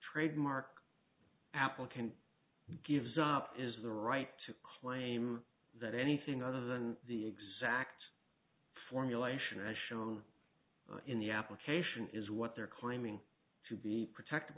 trademark applicant gives up is the right to claim that anything other than the exact formulation as shown in the application is what they're claiming to be protected